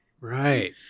right